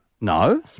No